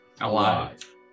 alive